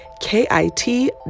K-I-T